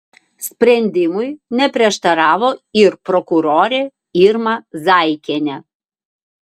sprendimui neprieštaravo ir prokurorė irma zaikienė